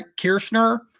Kirschner